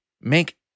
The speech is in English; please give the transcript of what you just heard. make